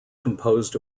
composed